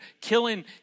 killing